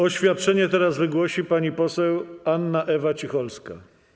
Oświadczenie teraz wygłosi pani poseł Anna Ewa Cicholska.